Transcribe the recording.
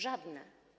Żadne.